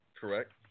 Correct